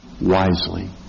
wisely